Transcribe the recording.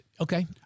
Okay